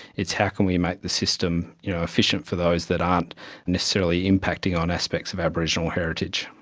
it's how can we make the system efficient for those that aren't necessarily impacting on aspects of aboriginal heritage.